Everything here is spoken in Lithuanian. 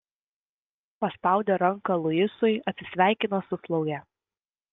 paspaudė ranką luisui atsisveikino su slauge